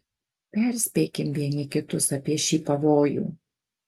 perspėkim vieni kitus apie šį pavojų